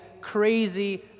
crazy